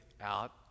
out